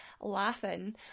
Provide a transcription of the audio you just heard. laughing